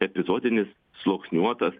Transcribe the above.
epizodinis sluoksniuotas